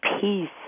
peace